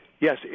Yes